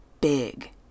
big